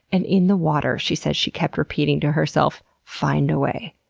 and in the water, she says she kept repeating to herself, find a way.